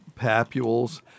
papules